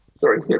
Sorry